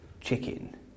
chicken